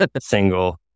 single